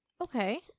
Okay